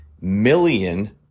million